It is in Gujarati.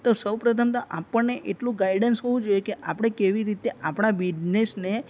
તો સૌ પ્રથમ તો આપણને એટલું ગાઈડન્સ હોવું જોઈએ કે આપણે કેવી રીતે આપણાં બિઝનેસને